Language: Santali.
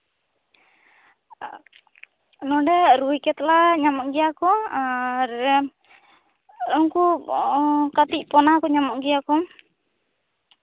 ᱱᱚᱰᱮ ᱨᱩᱭ ᱠᱟᱛᱞᱟ ᱧᱟᱢᱚᱜ ᱜᱮᱭᱟ ᱠᱚ ᱟᱨ ᱩᱱᱠᱩ ᱠᱟᱹᱴᱤᱡ ᱯᱚᱱᱟ ᱠᱚ ᱧᱟᱢᱚᱜ ᱜᱮᱭᱟ ᱠᱚ